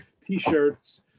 T-shirts